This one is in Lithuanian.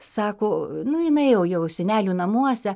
sako nu jinai jau jau senelių namuose